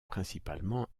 principalement